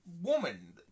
woman